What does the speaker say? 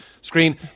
screen